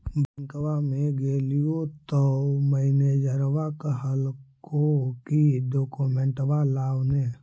बैंकवा मे गेलिओ तौ मैनेजरवा कहलको कि डोकमेनटवा लाव ने?